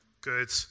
Good